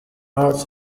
routes